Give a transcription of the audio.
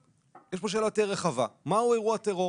יש כאן שאלה יותר רחבה והיא מה הוא אירוע טרור.